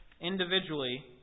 individually